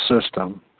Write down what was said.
system